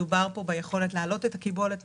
מדובר פה ביכולת להעלות את הקיבולת,